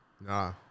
Nah